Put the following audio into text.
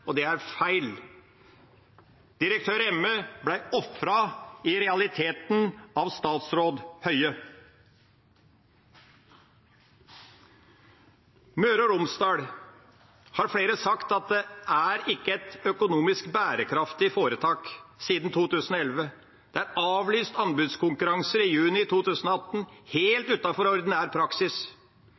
og det er feil. Direktør Remme ble i realiteten ofret av statsråd Høie. Flere har sagt at helseforetaket Møre og Romsdal ikke har vært økonomisk bærekraftig siden 2011. Anbudskonkurranser er avlyst i juni 2018, helt utenfor ordinær praksis.